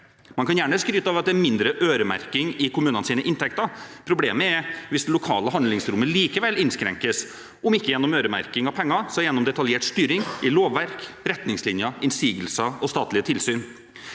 Man kan gjerne skryte av at det er mindre øremerking i kommunenes inntekter, problemet er hvis det lokale handlingsrommet likevel innskrenkes – om ikke gjennom øremerking av penger, så gjennom detaljert styring i lovverk, retningslinjer, innsigelser og statlige tilsyn.